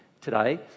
today